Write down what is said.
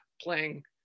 playing